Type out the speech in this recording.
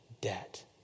debt